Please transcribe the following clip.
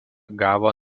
gavo